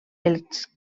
els